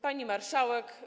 Pani Marszałek!